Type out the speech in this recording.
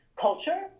culture